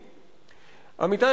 בעייתית,